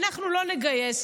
אנחנו לא נגייס,